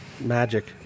Magic